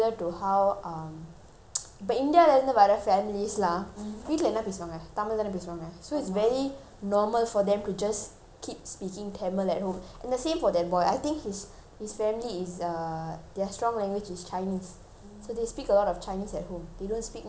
இந்தியாவில் இருந்து வர:inthiyavil irunthu vara families எல்லா வீட்ல என்ன பேசுறாங்க தமிழ் தானே பேசுவாங்க:ella vittila enna paesurangae tamil thanae pesuvanga so it's very normal for them to just keep speaking tamil at home and the same for that boy I think his his family is err their strong language is chinese so they speak a lot of chinese at home they don't speak much english he's primary two